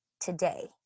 today